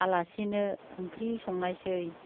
आलासिनो ओंख्रि संदोंमोन